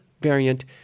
variant